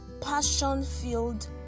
passion-filled